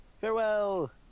Farewell